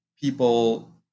people